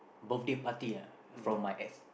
birthday party ah from my Ex